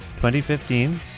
2015